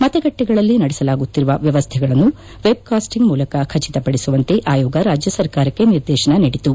ಮತಗಟ್ಟಿಗಳಲ್ಲಿ ನಡೆಸಲಾಗುತ್ತಿರುವ ವ್ಯವಸ್ಥೆಗಳನ್ನು ವೆಬ್ಕಾಸ್ಸಿಂಗ್ ಮೂಲಕ ಖಚಿತಪಡಿಸುವಂತೆ ಆಯೋಗವು ರಾಜ್ಯ ಸರ್ಕಾರಕ್ಕೆ ನಿರ್ದೇಶನ ನೀಡಿತು